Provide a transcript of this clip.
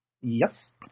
Yes